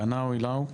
קנאו איילאי,